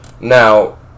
Now